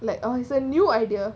like oh it's a new idea